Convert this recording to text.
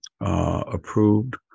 approved